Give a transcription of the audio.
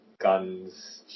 guns